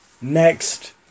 Next